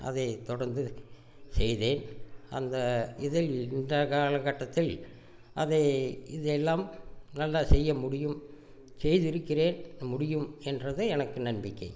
அதை தொடர்ந்து செய்தேன் அந்த இதில் இந்த காலகட்டத்தில் அதை இது எல்லாம் நல்லா செய்யமுடியும் செய்து இருக்கிறேன் முடியும் என்றதை எனக்கு நம்பிக்கை